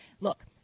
look